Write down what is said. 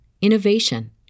innovation